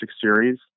series